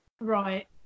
Right